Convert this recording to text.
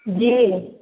जी